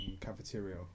cafeteria